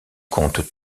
compte